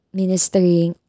ministering